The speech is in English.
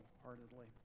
wholeheartedly